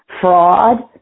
fraud